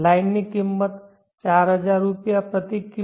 લાઇનની કિંમત 4000 રૂપિયા પ્રતિ કિ